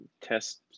test